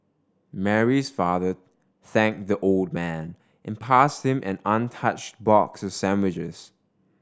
Mary's father thanked the old man and passed him an untouched box sandwiches